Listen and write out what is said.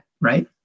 right